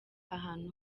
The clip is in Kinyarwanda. ahantu